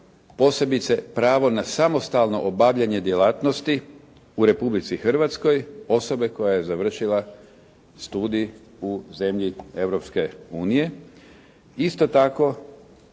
posebice pravo na samostalno obavljanje djelatnosti u Republici Hrvatskoj osobe koja je završila studij u zemlji Europske